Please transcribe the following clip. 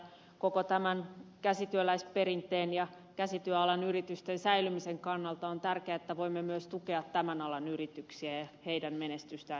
koko tämän käsityöläisperinteen ja käsityöalan yritysten säilymisen kannalta on tärkeää että voimme myös tukea tämän alan yrityksiä ja niiden menestystä jat kossa